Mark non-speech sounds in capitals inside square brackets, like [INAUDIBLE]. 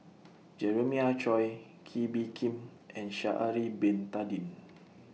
[NOISE] Jeremiah Choy Kee Bee Khim and Sha'Ari Bin Tadin [NOISE]